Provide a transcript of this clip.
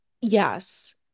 Yes